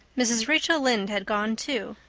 mrs. rachel lynde had gone too.